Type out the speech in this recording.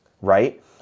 right